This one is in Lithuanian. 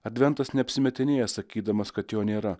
adventas neapsimetinėja sakydamas kad jo nėra